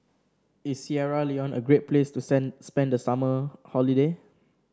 is Sierra Leone a great place to sand spend the summer holiday